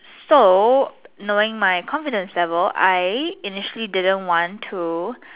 so knowing my confidence level I initially didn't want to